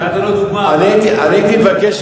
אני הייתי מבקש,